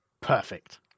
Perfect